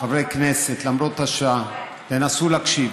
חברי הכנסת, למרות השעה תנסו להקשיב.